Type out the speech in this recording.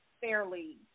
fairly